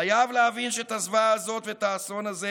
חייב להבין שאת הזוועה הזאת ואת האסון הזה